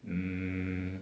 um